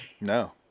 No